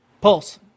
Pulse